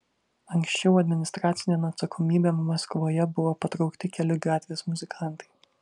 anksčiau administracinėn atsakomybėn maskvoje buvo patraukti keli gatvės muzikantai